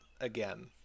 again